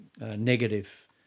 negative